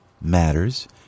matters